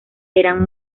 eran